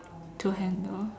to handle